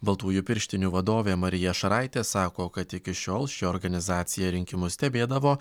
baltųjų pirštinių vadovė marija šaraitė sako kad iki šiol ši organizacija rinkimus stebėdavo